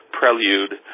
prelude